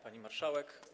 Pani Marszałek!